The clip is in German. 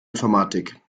informatik